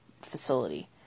facility